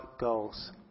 goals